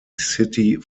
city